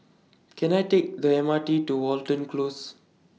Can I Take The M R T to Watten Close